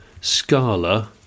scala